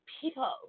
people